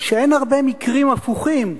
שאין הרבה מקרים הפוכים,